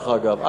דרך אגב.